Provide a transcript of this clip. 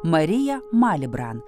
mariją malibran